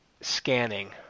scanning